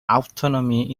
autonomy